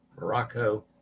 Morocco